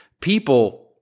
People